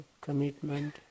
commitment